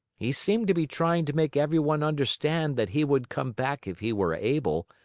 he seemed to be trying to make everyone understand that he would come back if he were able,